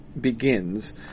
begins